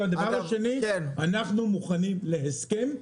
ודבר שני, אנחנו מוכנים להסכם,